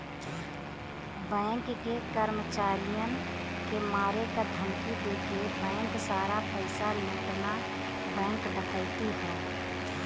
bank के कर्मचारियन के मारे क धमकी देके बैंक सारा पइसा लूटना बैंक डकैती हौ